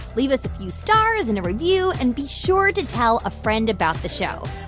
leave us a few stars and a review. and be sure to tell a friend about the show.